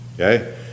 okay